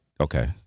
Okay